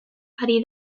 ari